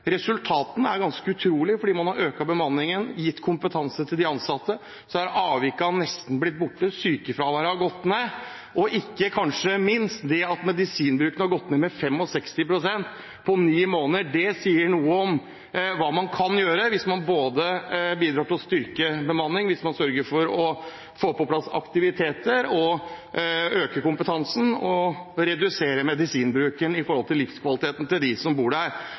Resultatene er ganske utrolige. Ved at man har økt bemanningen og gitt kompetanse til de ansatte, har avvikene nesten blitt borte, sykefraværet har gått ned, og ikke minst har medisinbruken gått ned med 65 pst. på ni måneder. Det sier noe om hva man kan gjøre for livskvaliteten til dem som bor der, hvis man både bidrar til å styrke bemanningen, sørger for å få på plass aktiviteter, øker kompetansen og reduserer medisinbruken. Så dette er en regjering som